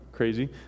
crazy